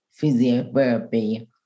physiotherapy